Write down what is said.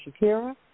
Shakira